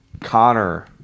Connor